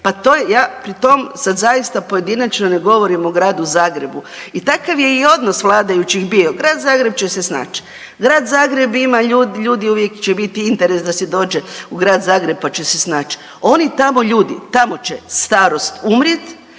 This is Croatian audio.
Pa to ja, pri tom sad zaista pojedinačno ne govorim o Gradu Zagrebu, i takav je i odnos vladajućih bio, grad Zagreb će se snaći, grad Zagreb ima ljudi, uvijek će biti interes da se dođe u grad Zagreb pa će se snaći. Oni tamo ljudi, tamo će starost umrijeti,